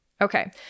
Okay